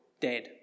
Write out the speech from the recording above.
dead